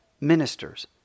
ministers